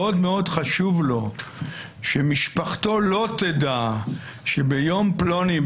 מאוד מאוד חשוב לו שמשפחתו לא תדע שביום פלוני,